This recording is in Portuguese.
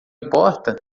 importa